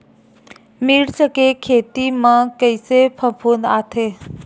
मिर्च के खेती म कइसे फफूंद आथे?